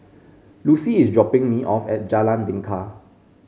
Lucy is dropping me off at Jalan Bingka